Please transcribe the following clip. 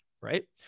right